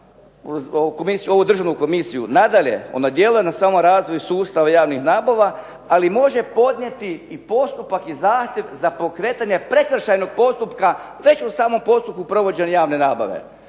ovu državnu komisiju. Nadalje, ona djeluje na samo razvoj sustava javnih nabava ali može podnijeti i postupak i zahtjev za pokretanje prekršajnog postupka već u samom postupku provođenja javne nabave.